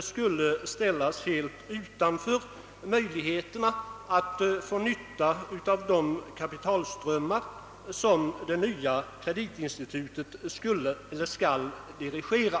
skulle ställas helt utanför möjligheterna att få nytta av de kapitalströmmar som det nya kreditinstitutet skall dirigera.